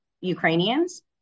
Ukrainians